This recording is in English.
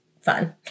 fun